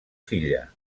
filla